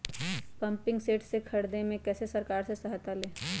Pumping set के ख़रीदे मे कैसे सरकार से सहायता ले?